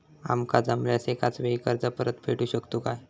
आमका जमल्यास एकाच वेळी कर्ज परत फेडू शकतू काय?